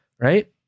right